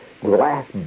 glass